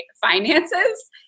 finances